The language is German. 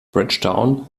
bridgetown